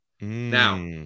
Now